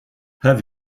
have